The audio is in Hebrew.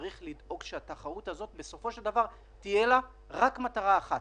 צריך לדאוג שהתחרות הזאת בסופו של דבר תהיה לה רק מטרה אחת: